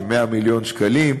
כ-100 מיליון שקלים,